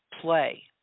play